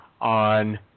on